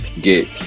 get